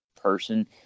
person